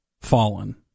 fallen